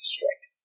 Strike